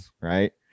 right